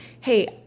hey